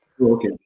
Okay